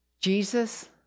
Jesus